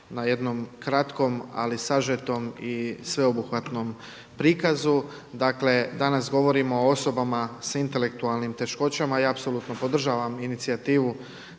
na jednom kratkom, ali sažetom i sveobuhvatnom prikazu. Dakle, danas govorimo o osobama s intelektualnim teškoćama i apsolutno podržavam inicijativu